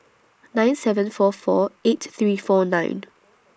nine seven four four eight three four nine